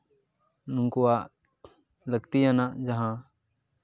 ᱱᱩᱠᱩᱣᱟᱜ ᱞᱟᱹᱠᱛᱤᱭᱟᱱᱟᱜ ᱡᱟᱦᱟᱸ